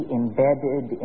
embedded